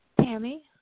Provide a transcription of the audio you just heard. Tammy